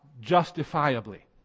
justifiably